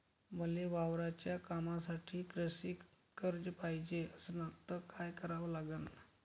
मले वावराच्या कामासाठी कृषी कर्ज पायजे असनं त काय कराव लागन?